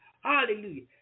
Hallelujah